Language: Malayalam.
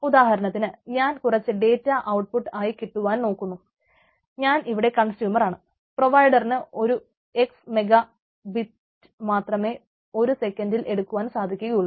ഉദാഹരണത്തിന് ഞാൻ കുറച്ച് ഡേറ്റാ അവുട്ട്പുട്ട് മാത്രമേ ഒരു സെക്കന്റിൽ എടുക്കുവാൻ സാധിക്കുകയുള്ളു